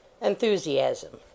Enthusiasm